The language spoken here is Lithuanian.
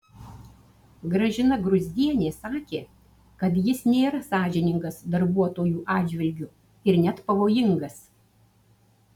gražina gruzdienė sakė kad jis nėra sąžiningas darbuotojų atžvilgiu ir net pavojingas